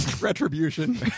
retribution